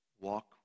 Walk